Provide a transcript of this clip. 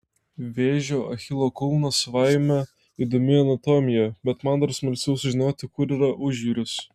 vėžio achilo kulnas savaime įdomi anatomija bet man dar smalsiau sužinoti kur yra užjūris